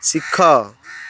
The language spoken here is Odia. ଶିଖ